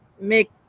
make